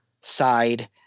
side